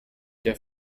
der